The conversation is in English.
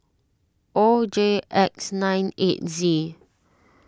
O J X nine eight Z